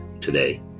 today